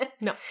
No